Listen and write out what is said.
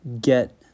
get